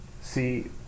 see